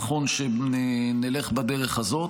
נכון שנלך בדרך הזאת.